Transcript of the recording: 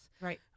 Right